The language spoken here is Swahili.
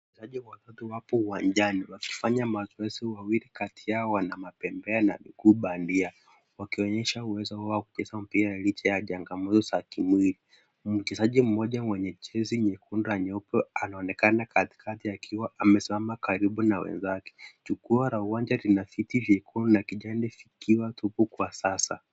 Wachezaji wapo uwanjani wakifanya mazoezi wawili wao wakiwa wamebeba mabendera na vikubwa ndio wakionyesha uwezo wao wa kucheza mpira licha ya changamoto zao za kimwili. Mchezaji mmoja mwenye jezi nyekundu na nyeupe anaonekana katikati akiwa amesimama karibu na wenzake. Jukwaa la uwanja lina viti vyekundu na kijani zikiwa tupu kwa sasa.